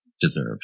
deserve